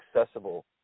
accessible